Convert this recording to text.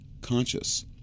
conscious